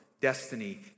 destiny